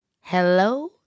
Hello